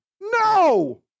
No